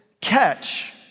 catch